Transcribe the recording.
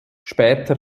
später